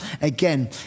again